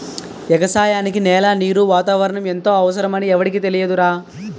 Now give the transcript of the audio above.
ఎగసాయానికి నేల, నీరు, వాతావరణం ఎంతో అవసరమని ఎవుడికి తెలియదురా